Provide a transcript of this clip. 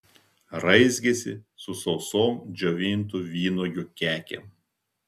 raizgėsi su sausom džiovintų vynuogių kekėm